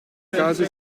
casi